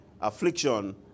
affliction